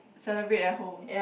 celebrate at home